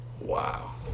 Wow